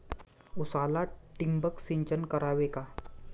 उसाला ठिबक सिंचन करावे का?